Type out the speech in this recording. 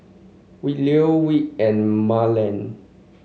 Khloe Whit and Marland